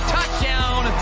Touchdown